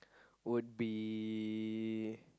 would be